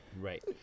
right